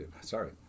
Sorry